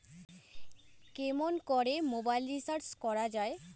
কেমন করে mobile recharge করা য়ায়?